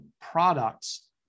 Products